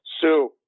Sue